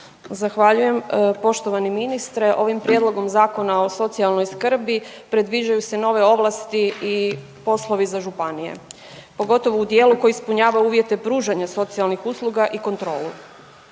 Zahvaljujem poštovani ministre. Ovim Prijedlogom zakona o socijalnoj skrbi predviđaju se nove ovlasti i poslovi za županije pogotovo u dijelu koji ispunjava uvjete pružanja socijalnih usluga i kontrolu.